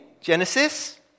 Genesis